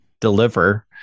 deliver